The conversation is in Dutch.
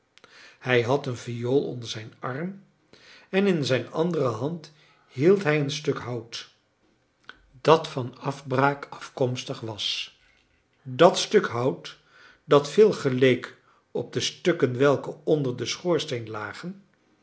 hij had een viool onder zijn arm en in zijn andere hand hield hij een stuk hout dat van afbraak afkomstig was dat stuk hout dat veel geleek op de stukken welke onder den schoorsteen lagen